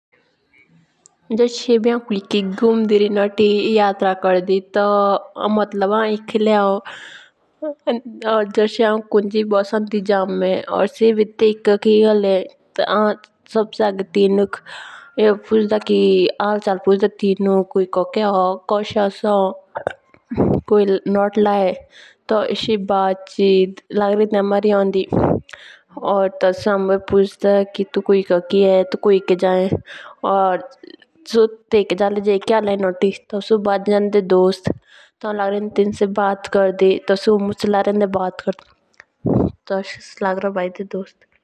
जुस एभी हाओन कोकी घोमडी री नोथी यात्रा कोर्डी मतलब हाउं एखिले होन। या जोसी हूं कुंजी बसंदी जाऊं या से भी तेयको की होली तो हूं तेनु बेरी हाल चल पूछदी कि कोयिकोके होन। कोए नोयह लागे ईएसआई बैट सीट होंदी हमारी या तो से हम बेरी पुचदा की तो कोइको की होन कोइके जाएं।